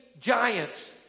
giants